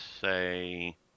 say